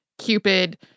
Cupid